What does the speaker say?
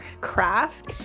craft